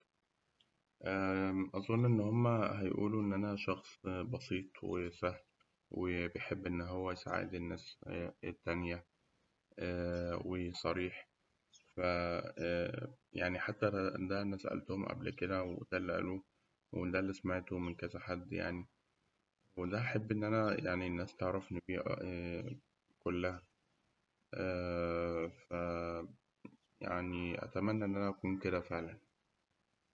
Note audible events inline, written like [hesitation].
[noise] أظن إن هم هيقولوا إن أنا شخص بسيط وسهل، و [hesitation] بيحب إن هو يساعد الناس التانية، وصريح، ف ده [hesitation] حتى أنا سألتهم قبل كده وده اللي قالوه، وده اللي سمعتهم من كذا حد يعني، وده أحب إن أنا [hesitation] يعني إن الناس تعرفني بي- كلها، ف [hesitation] يعني أتمنى إن أكون كده فعلاً.